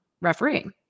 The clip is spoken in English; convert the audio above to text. refereeing